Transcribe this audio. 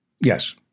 Yes